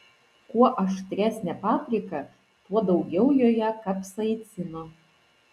kuo aštresnė paprika tuo daugiau joje kapsaicino